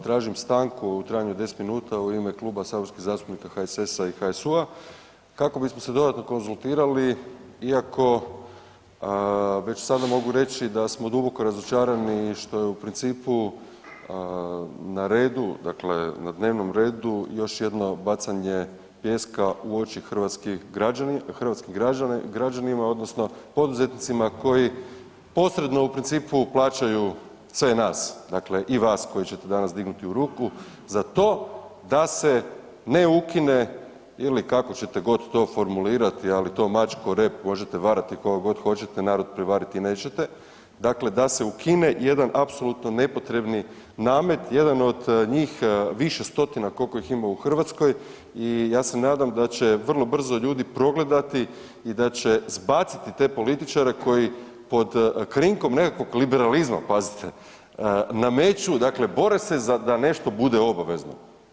Tražim stanku u trajanju od 10 minuta u ime Kluba saborskih zastupnika HSS-a i HSU-a kako bismo se dodatno konzultirali iako već sada mogu reći da smo duboko razočarani što je u principu na redu, dakle na dnevnom redu još jedno bacanje pijeska u oči hrvatskim građanima odnosno poduzetnicima koji posredno u principu plaćaju sve nas, dakle i vas koji ćete danas dignuti ruku za to da se ne ukine ili kako ćete god to formulirati, ali to mačku o rep, možete varati koga god hoćete narod prevariti nećete, dakle da se ukine jedan apsolutno nepotrebni namet, jedan od njih više stotina koliko ih ima u Hrvatskoj i ja se nadam da će vrlo brzo ljudi progledati i da će zbaciti te političare koji pod krinkom nekakvog liberalizma, pazite, nameću dakle bore se da nešto bude obavezno.